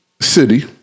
city